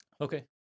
Okay